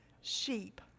sheep